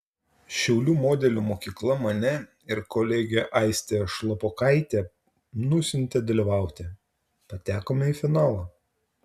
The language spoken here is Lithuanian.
šiaulių modelių mokykla mane ir kolegę aistę šlapokaitę nusiuntė dalyvauti patekome į finalą